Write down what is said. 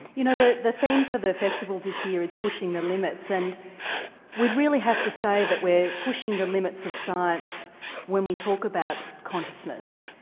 you know the the theme for the festival this year is pushing the limits, and we'd really have to say that we're pushing the limits of science when we talk about consciousness,